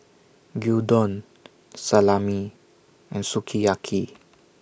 Gyudon Salami and Sukiyaki